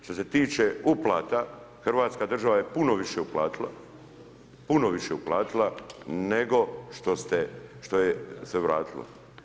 Što se tiče uplata, Hrvatska država je puno više uplatila, puno više uplatila nego što se vratilo.